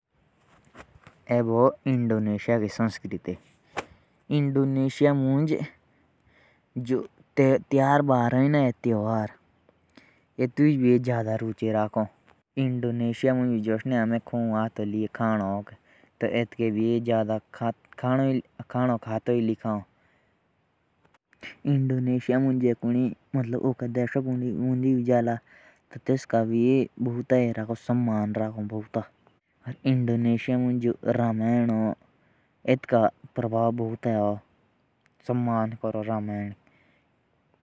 जुस Indonesia की संस्कृति तो इंडोनेशिया मं य तेयर भा भी हुवे तो भी य ज़्यादा रुचि लागण। जुस भारत मं हाथू लेई खा खाणो तो एतके भी य हाथू लेई खा खाणो। और कुणी इंडोनेशिया मं जाओ भी कुणी भाइ का तो सो तेसका भी भुता समान कोरोण।